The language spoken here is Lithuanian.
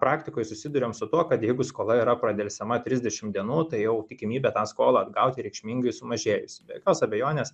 praktikoj susiduriam su tuo kad jeigu skola yra pradelsiama trisdešim dienų tai jau tikimybė tą skolą atgauti reikšmingai sumažėjusi be jokios abejonės